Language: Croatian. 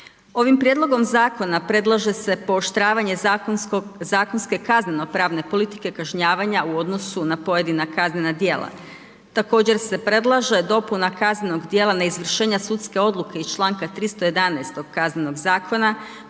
Ovim prijedlogom zakona predlaže se pooštravanje zakonske kazneno pravne politike kažnjavanja u odnosu na pojedina kaznena djela. Također se predlaže dopuna kaznenog djela neizvršenja sudske odluke iz članka 311. Kaznenog zakona